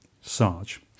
Sarge